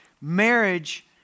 marriage